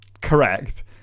correct